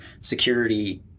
security